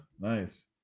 nice